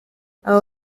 abo